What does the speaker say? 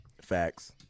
Facts